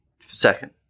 Second